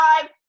five